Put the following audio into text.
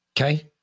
Okay